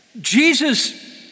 Jesus